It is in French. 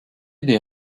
des